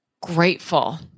grateful